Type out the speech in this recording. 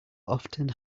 often